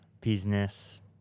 business